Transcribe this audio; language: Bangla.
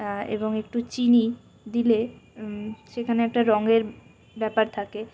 এবং একটু চিনি দিলে সেখানে একটা রঙয়ের ব্যাপার থাকে